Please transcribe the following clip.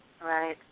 Right